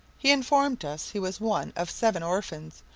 he informed us he was one of seven orphans,